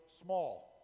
small